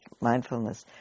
mindfulness